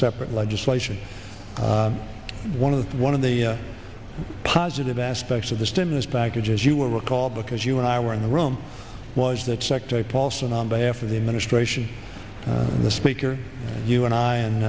separate legislation one of the one of the positive aspects of the stimulus package as you will recall because you and i were in the room was that sector paulson on behalf of the administration the speaker you and i and